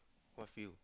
what few